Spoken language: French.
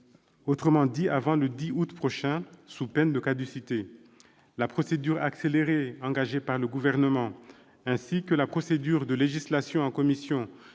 autrement dit avant le 10 août prochain, sous peine de caducité. La procédure accélérée, engagée par le Gouvernement, ainsi que la procédure de législation en commission,